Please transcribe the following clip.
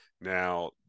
Now